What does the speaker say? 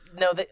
No